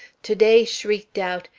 to-day shrieked out,